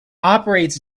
operates